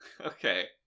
Okay